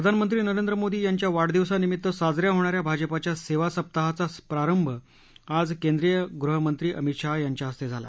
प्रधानमंत्री नरेंद्र मोदी यांच्या वाढदिवसानिमित्त साज या होणा या भाजपाच्या सेवा सप्ताहाचा प्रारंभ आज केंद्रीय गृहमंत्री अमित शहा यांच्या हस्ते झाला